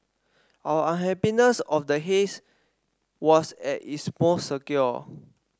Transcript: our unhappiness of the haze was at its most acute